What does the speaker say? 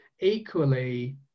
equally